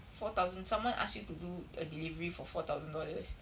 four thousand someone ask you to do a delivery for four thousand dollars